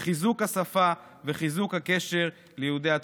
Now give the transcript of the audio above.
בחיזוק השפה וחיזוק הקשר ליהודי התפוצות.